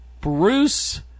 Bruce